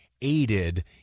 aided